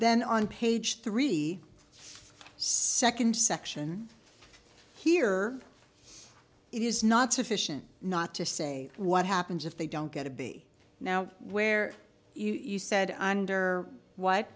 then on page three second section here it is not sufficient not to say what happens if they don't get a b now where you said under what